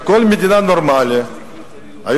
בכל מדינה נורמלית היו